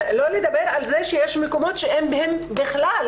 לא לדבר על זה שיש מקומות שאין בהם בכלל,